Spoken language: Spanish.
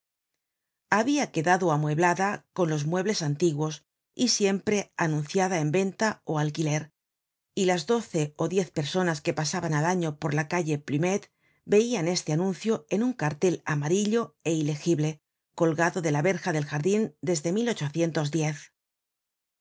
habia quedado amueblada con los muebles antiguos y siempre anunciada en venta ó alquiler y las diez ó doce personas que pasaban al año por la calle plumet veian este anuncio en un cartel amarillo é ilegible colgado de la verja del jardin desde